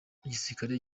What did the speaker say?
igisirikare